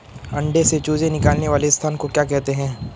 अंडों से चूजे निकलने वाले स्थान को क्या कहते हैं?